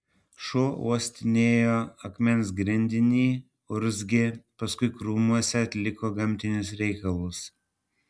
šuo uostinėjo akmens grindinį urzgė paskui krūmuose atliko gamtinius reikalus